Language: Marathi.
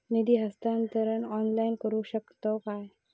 निधी हस्तांतरण ऑनलाइन करू शकतव काय?